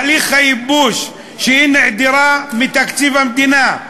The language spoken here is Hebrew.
שהיא נעדרה מתקציב המדינה,